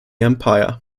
empire